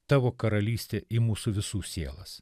tavo karalystė į mūsų visų sielas